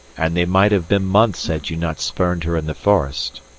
and they might have been months had you not spurned her in the forest.